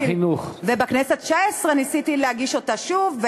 בכנסת התשע-עשרה ניסיתי להגיש אותה שוב,